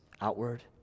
outward